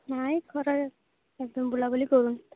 ନାଇଁ ଖରାରେ ଆଦୌ ବୁଲାବୁଲି କରୁନି